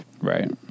Right